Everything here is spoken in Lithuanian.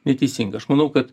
neteisinga aš manau kad